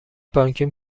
بانکیم